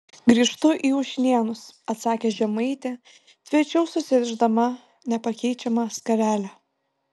grįžtu į ušnėnus atsakė žemaitė tvirčiau susirišdama nepakeičiamą skarelę